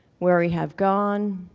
where we have gone,